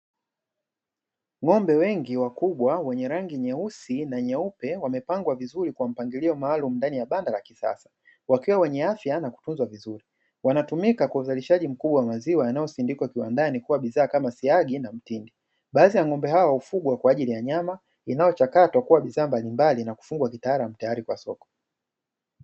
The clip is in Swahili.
Ng'ombe wengi wakubwa wenye rangi nyeusi na nyeupe, wamepangwa vizuri kwa mpangilio maalumu ndani ya banda la kisasa wakiwa wenye afya na kutunzwa vizuri. Wanatumika kwa uzalishaji mkubwa wa maziwa yanayosindikwa kiwandani kuwa bidhaa kama siagi na mtindi. Baadhi ya ng'ombe hawa hufugwa kwa ajili ya nyama inayochakatwa kuwa bidhaa mbalimbali na kufungwa kitaalamu tayari kwa soko.